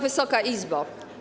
Wysoka Izbo!